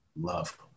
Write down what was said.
love